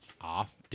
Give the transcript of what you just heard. off